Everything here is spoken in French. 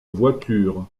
voiture